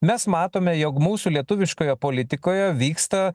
mes matome jog mūsų lietuviškoje politikoje vyksta